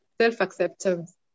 self-acceptance